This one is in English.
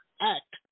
act